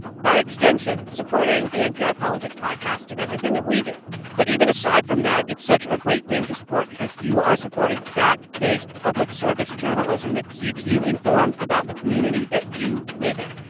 by extension, supporting the npr politics podcast and everything that we do but even aside from that, it's such a great thing to support because you are supporting fact-based public service journalism that keeps you informed about the community that you live in.